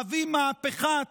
אבי מהפיכת